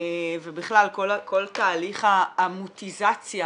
ובכלל כל תהליך העמותותיזציה,